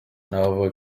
navuga